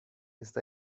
ist